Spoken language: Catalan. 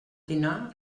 dinar